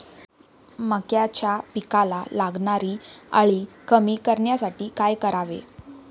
मक्याच्या पिकाला लागणारी अळी कमी करण्यासाठी काय करावे?